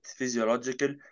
physiological